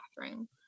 bathroom